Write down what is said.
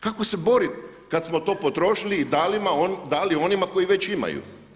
Kako se boriti kad smo to potrošili i dali onima koji već imaju.